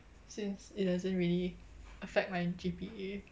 since it hasn't really affect my G_P_A